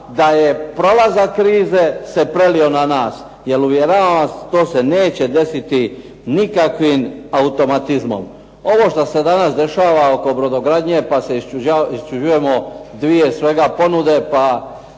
da je prolazak krize se prelio na nas. Jer uvjeravam vas to se neće desiti nikakvim automatizmom. Ovo što se danas dešava oko brodogradnje pa se iščuđujemo dvije svega ponude, pa